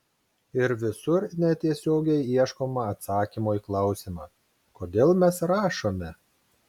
ir visur netiesiogiai ieškoma atsakymo į klausimą kodėl mes rašome